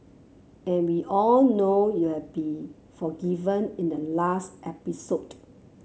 and we all know you'll be forgiven in the last episode